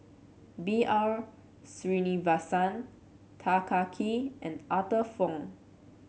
B R Sreenivasan Tan Kah Kee and Arthur Fong